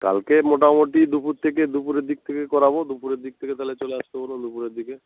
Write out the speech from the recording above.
কালকে মোটামুটি দুপুর থেকে দুপুরের দিক থেকে করাবো দুপুরের দিক থেকে তাহলে চলে আসতে বলুন দুপুরের দিকে